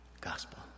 gospel